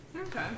Okay